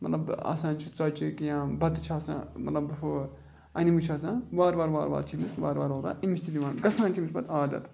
مطلب آسان چھِ ژۄچہِ کینٛہہ یا بَتہٕ چھِ آسان مطلب ہُہ اَنِمہٕ چھُ آسان وارٕ وارٕ وارٕ وارٕ چھِ أمِس وارٕ وارٕ وارٕ أمِس چھِ دِوان گَژھان چھِ أمِس پَتہٕ عادَت